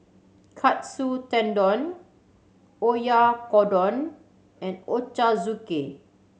Katsu Tendon Oyakodon and Ochazuke